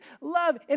love